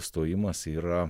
stojimas yra